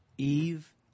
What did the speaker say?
Eve